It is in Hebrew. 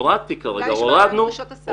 אולי יש בעיה עם דרישות הסף?